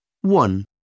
One